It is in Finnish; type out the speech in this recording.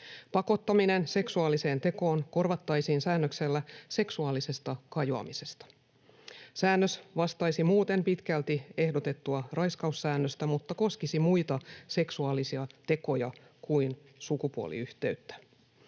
Pakottaminen seksuaaliseen tekoon korvattaisiin säännöksellä seksuaalisesta kajoamisesta. Säännös vastaisi muuten pitkälti ehdotettua raiskaussäännöstä mutta koskisi muita seksuaalisia tekoja kuin sukupuoliyhteyttä.